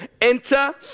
enter